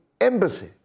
embassy